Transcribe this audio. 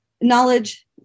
knowledge